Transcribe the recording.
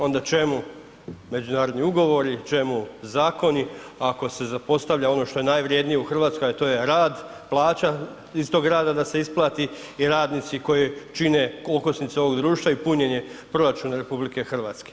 Onda čemu međunarodni ugovori, čemu zakoni, ako se zapostavlja ono što je najvrijednije u Hrvatskoj, a to je rad, plaća iz tog rada da se isplati i radnici koji čine okosnicu ovog društva i punjenje proračuna RH.